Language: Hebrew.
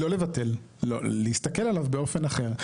לא לבטל, להסתכל עליו באופן אחר.